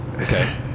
Okay